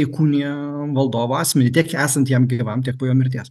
įkūnija valdovo asmenį tiek esant jam gyvam tiek po jo mirties